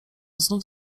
znów